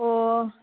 ꯑꯣ